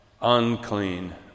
unclean